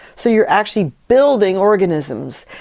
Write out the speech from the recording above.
so you are actually building organisms,